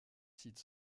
sites